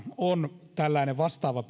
on tällainen vastaava